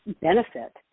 benefit